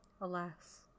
Alas